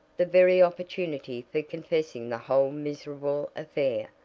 the very opportunity for confessing the whole miserable affair.